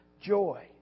Joy